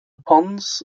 ponds